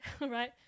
right